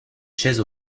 chaise